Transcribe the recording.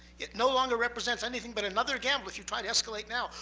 it no longer represents anything but another gamble, if you try to escalate now,